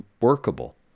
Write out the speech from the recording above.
workable